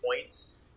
points